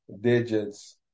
digits